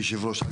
היושב-ראש,